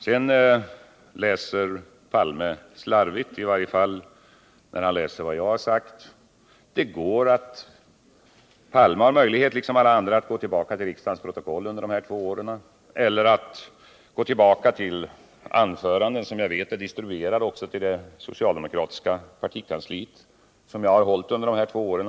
Olof Palme läser slarvigt, i varje fall när han läser vad jag har sagt. Han har, liksom alla andra, möjlighet att gå tillbaka till riksdagens protokoll från de här två åren. Han har också möjlighet att gå tillbaka till anföranden, som jag vet är distribuerade till det socialdemokratiska partikansliet, som jag har hållit under de här två åren.